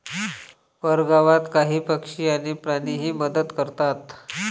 परगावात काही पक्षी आणि प्राणीही मदत करतात